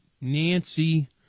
nancy